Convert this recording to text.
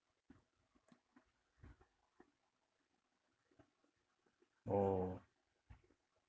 oh